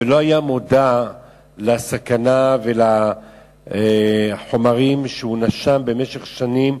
ולא היה מודע לסכנה ולחומרים שהוא נשם במשך שנים,